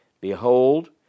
Behold